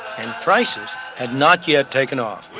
and prices had not yet taken off.